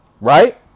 right